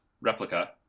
replica